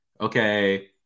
okay